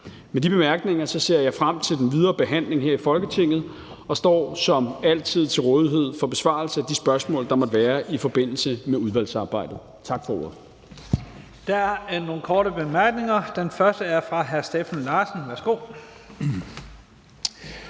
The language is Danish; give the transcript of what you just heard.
Med de bemærkninger ser jeg frem til den videre behandling her i Folketinget og står som altid til rådighed for besvarelse af de spørgsmål, der måtte være i forbindelse med udvalgsarbejdet. Tak for ordet. Kl. 17:02 Første næstformand (Leif Lahn Jensen): Der er nogle korte bemærkninger. Den første er fra hr. Steffen Larsen. Værsgo.